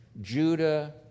Judah